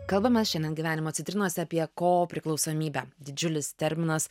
kalbam mes šiandien gyvenimo citrinose apie ko priklausomybę didžiulis terminas